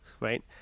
Right